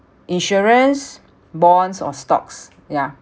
insurance bonds or stocks yeah